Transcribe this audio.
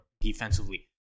defensively